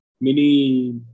mini